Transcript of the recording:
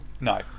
no